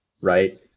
right